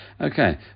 Okay